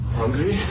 hungry